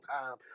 time